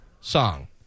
song